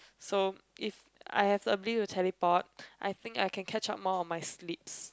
so if I have the ability to teleport I think I can catch up more on my sleeps